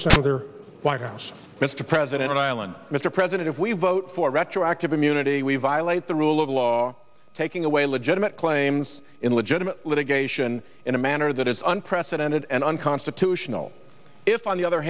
to senator whitehouse mr president island mr president if we vote for retroactive immunity we violate the rule of law taking away legitimate claims in legitimate litigation in a manner that is unprecedented and unconstitutional if on the other